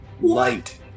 Light